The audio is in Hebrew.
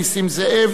נסים זאב,